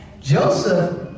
Joseph